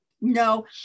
No